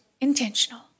intentional